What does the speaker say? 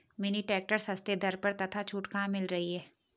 Mini tractor सस्ते दर पर तथा छूट कहाँ मिल रही है?